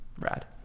rad